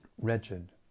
wretched